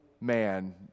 man